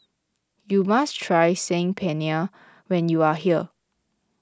you must try Saag Paneer when you are here